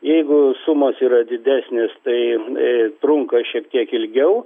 jeigu sumos yra didesnis tai trunka šiek tiek ilgiau